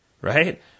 right